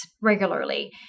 regularly